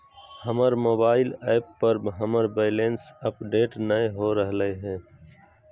हमर mobile app पर हमर बैलेंस अपडेट नय हो रहलय हें